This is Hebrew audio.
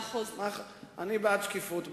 אני בעד שקיפות בתהליך.